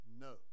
no